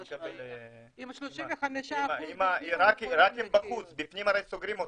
עם ה-35% --- רק עם בחוץ, בפנים סוגרים אותם,